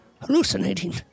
hallucinating